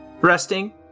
resting